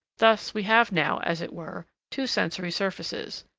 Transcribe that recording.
thus we have now, as it were, two sensory surfaces,